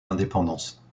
l’indépendance